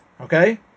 Okay